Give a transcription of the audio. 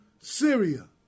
Syria